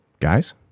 Guys